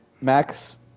Max